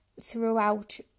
throughout